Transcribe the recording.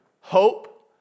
hope